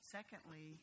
Secondly